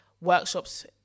workshops